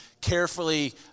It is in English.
carefully